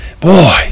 boy